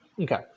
Okay